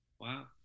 Wow